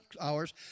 hours